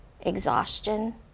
exhaustion